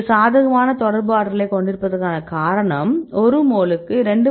இது சாதகமான தொடர்பு ஆற்றலைக் கொண்டிருப்பதற்கான காரணம் ஒரு மோலுக்கு 2